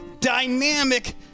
dynamic